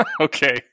okay